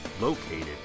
located